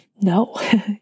No